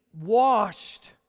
washed